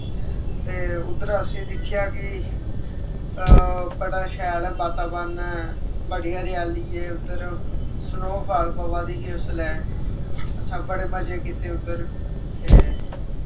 ते उद्धर असी दिक्खेआ कि बड़ा शैल ऐ वातावरण बड़ी हरेयाली ऐ उद्धर स्नोफाल पवा दी ही उसलै असां बड़े मजे कीत्ते उद्धर ते